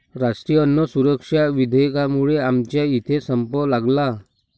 राष्ट्रीय अन्न सुरक्षा विधेयकामुळे आमच्या इथे संप लागला